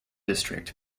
district